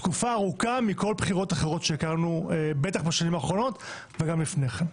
תקופה ארוכה מכל הבחירות האחרות שהכרנו בטח בשנים האחרונות וגם לפני כן.